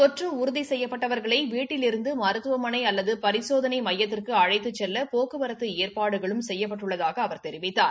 தொற்று உறுதி செய்யப்பட்டவர்களை வீட்டிலிருந்து மருத்துவமனை அல்லது பரிசோதனை மையத்திற்கு அழைத்துச் செல்ல போக்குவரத்து ஏற்பாடுகளும் செய்யப்பட்டுள்ளதாக அவர் கூறியுள்ளார்